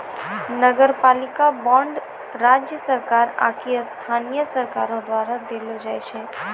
नगरपालिका बांड राज्य सरकार आकि स्थानीय सरकारो द्वारा देलो जाय छै